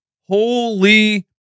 Holy